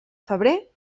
febrer